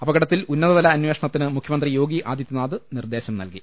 അപകടത്തിൽ ഉന്നത തല അന്വേഷണത്തിന് മുഖ്യമന്ത്രി യോഗി ആദിത്യനാഥ് നിർദേശം നൽകി